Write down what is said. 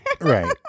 Right